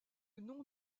nom